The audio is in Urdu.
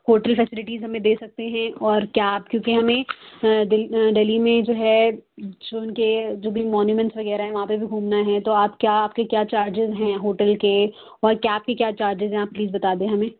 ہوٹل فیسیلیٹیز ہمیں دے سکتے ہیں اور کیا آپ کیونکہ ہمیں ڈلہی میں جو ہے جو اُن کے جو بھی مونومنٹس وغیرہ ہیں وہاں پہ بھی گھومنا ہے تو آپ کیا آپ کے کیا چارجیز ہیں ہوٹل کے اور کیا آپ کے کیا چارجیز ہیں آپ پلیز بتا دیں ہمیں